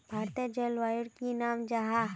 भारतेर जलवायुर की नाम जाहा?